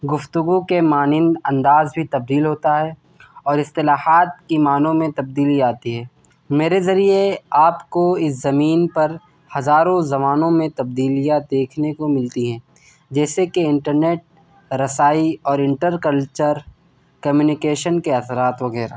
گفتگو کے مانند انداز بھی تبدیل ہوتا ہے اور اصطلاحات کی معنوں میں تبدیلی آتی ہے میرے ذریعے آپ کو اس زمین پر ہزاروں زبانوں میں تبدیلیاں دیکھنے کو ملتی ہیں جیسے کہ انٹرنیٹ رسائی اور انٹر کلچر کمیونکیشن کے اثرات وغیرہ